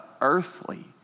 earthly